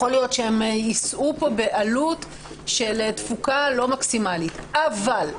יכול להיות שהם יישאו כאן בעלות לא מקסימלית אבל,